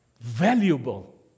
valuable